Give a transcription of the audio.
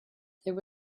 there